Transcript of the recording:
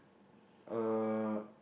uh